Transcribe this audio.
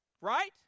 Right